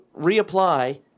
reapply